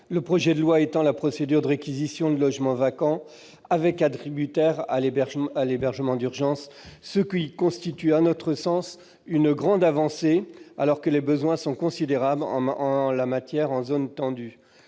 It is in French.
Le projet de loi étend la procédure de réquisition de logements vacants avec attributaire à l'hébergement d'urgence, ce qui constitue à notre sens une grande avancée, alors que les besoins en la matière sont considérables en zones tendues.